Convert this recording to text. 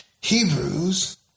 Hebrews